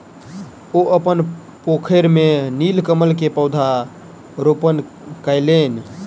ओ अपन पोखैर में नीलकमल के पौधा रोपण कयलैन